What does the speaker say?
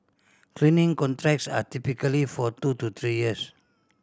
cleaning contracts are typically for two to three years